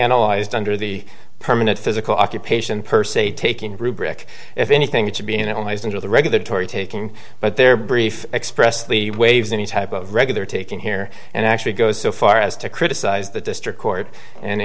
analyzed under the permanent physical occupation per se taking rubric if anything it should be in at least into the regulatory taking but their brief expressly waves any type of regular taken here and actually go so far as to criticize the district court and